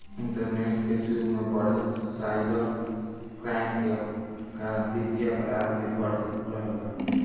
internet के जुग में बढ़त साइबर क्राइम के कारण वित्तीय अपराध भी बढ़ रहल बा